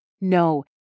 No